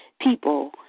people